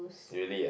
really ah